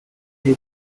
they